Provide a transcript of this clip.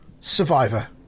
Survivor